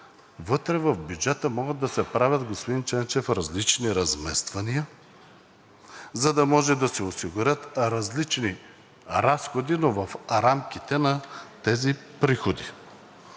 вътре в бюджета могат да се правят, господин Ченчев, различни размествания, за да може да се осигурят различни разходи, но в рамките на тези приходи.